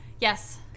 Yes